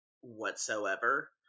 whatsoever